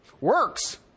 works